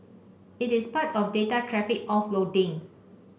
it is part of data traffic offloading